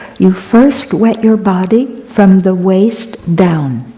you first wet your body from the waist down.